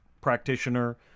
practitioner